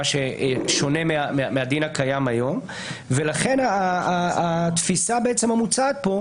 מה ששונה מהדין הקיים היום ולכן התפיסה המוצעת כאן